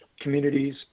communities